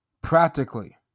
Practically